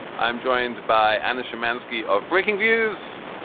i'm joined by anna shymansky of breakingviews.